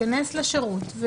ייכנס לשירות.